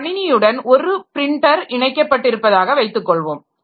ஒரு கணினியுடன் ஒரு பிரின்டர் இணைக்கப்பட்டு இருப்பதாக வைத்துக் கொள்வோம்